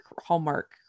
Hallmark